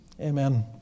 Amen